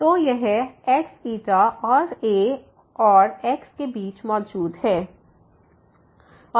तो तो यह x यह a और x के बीच मौजूद है